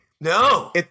No